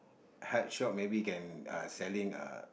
health shop maybe you can uh selling uh